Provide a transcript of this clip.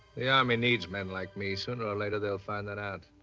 the army needs men like me. sooner or later they'll find that out.